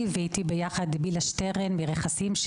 איתי בלהה שטרן מרכסים,